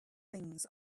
things